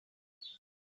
sein